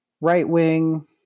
right-wing